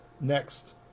next